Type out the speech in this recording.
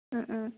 Om Om